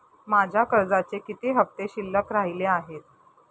माझ्या कर्जाचे किती हफ्ते शिल्लक राहिले आहेत?